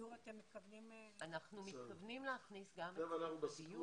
אתם מתכוונים ל --- אנחנו מתכוונים להכניס גם את הדיור,